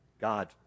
God